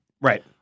Right